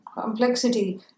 complexity